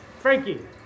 Frankie